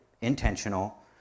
intentional